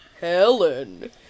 Helen